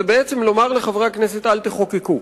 זה לומר לחברי הכנסת: אל תחוקקו.